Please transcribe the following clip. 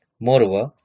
Moreover